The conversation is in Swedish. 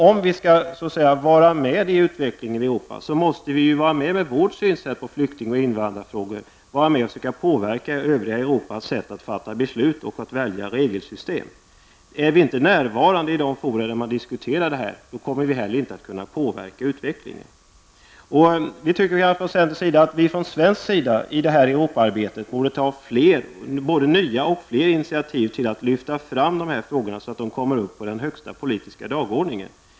Om vi skall vara med i utvecklingen av Europa, så måste vi ju med vårt synsätt när det gäller flykting och invandrarfrågor söka påverka det övriga Europas sätt att fatta beslut och välja regelsystem. Är vi inte närvarande i de fora där man diskuterar detta, kommer vi inte heller att kunna påverka utvecklingen. Vi inom centern tycker att man från svensk sida i det här Europaarbetet borde ta både nya och fler initiativ för att lyfta fram dessa frågor, så att de kommer högst på den politiska dagordningen.